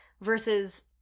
versus